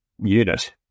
unit